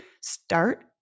Start